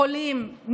חולים,